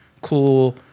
cool